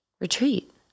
retreat